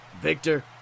Victor